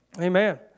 Amen